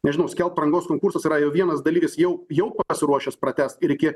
nežinau skelbt rangos konkursas yra jau vienas dalyvis jau jau pasiruošęs pratęst ir iki